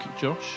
Josh